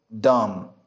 dumb